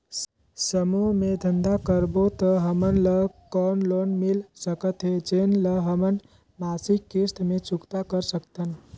समूह मे धंधा करबो त हमन ल कौन लोन मिल सकत हे, जेन ल हमन मासिक किस्त मे चुकता कर सकथन?